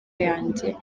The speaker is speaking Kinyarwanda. yanjye